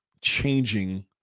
changing